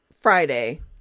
Friday